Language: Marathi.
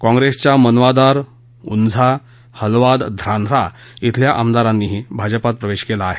काँप्रेसच्या मनवादार उंझा हलवाद ध्रांघ्रा इथल्या आमदारांनी भाजपात प्रवेश केला आहे